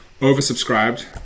oversubscribed